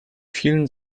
vielen